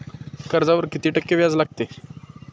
कर्जावर किती टक्के व्याज लागते?